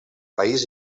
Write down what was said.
país